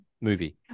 movie